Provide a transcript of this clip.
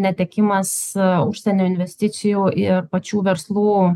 netekimas užsienio investicijų ir pačių verslų